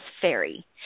fairy